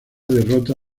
derrota